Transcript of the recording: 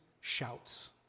shouts